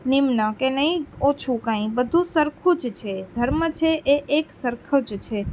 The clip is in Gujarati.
નિમ્ન કે નહીં ઓછું કાંઈ બધુ સરખું જ છે ધર્મ છે એ એક સરખો જ છે